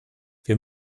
wir